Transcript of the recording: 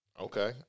Okay